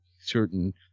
certain